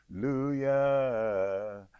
Hallelujah